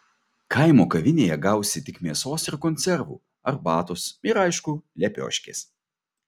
kaimo kavinėje gausi tik mėsos ir konservų arbatos ir aišku lepioškės